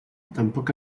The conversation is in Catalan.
tampoc